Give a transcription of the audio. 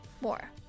more